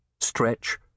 Stretch